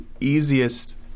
easiest